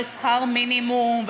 ושכר מינימום,